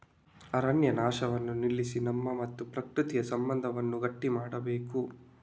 ಅರಣ್ಯ ನಾಶವನ್ನ ನಿಲ್ಲಿಸಿ ನಮ್ಮ ಮತ್ತೆ ಪ್ರಕೃತಿಯ ಸಂಬಂಧವನ್ನ ಗಟ್ಟಿ ಮಾಡ್ಬೇಕು